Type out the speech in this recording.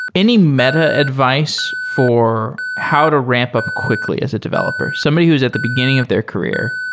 any meta advice for how to ramp up quickly as a developer? somebody who's at the beginning of their career?